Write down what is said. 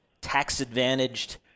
tax-advantaged